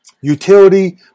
utility